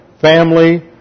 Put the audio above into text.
family